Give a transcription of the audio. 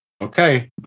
Okay